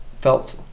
felt